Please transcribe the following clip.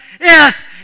Yes